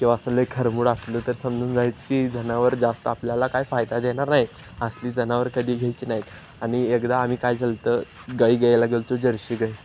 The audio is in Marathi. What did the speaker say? किंवा असं लय खरबुड असलं तर समजून जायचं की जनावर जास्त आपल्याला काय फायदा देणार नाही असली जनावरं कधी घ्यायची नाही आणि एकदा आम्ही काय झालतं गाई घ्यायला गेलतो जर्शी गाय